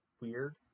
weird